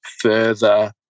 further